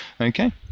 Okay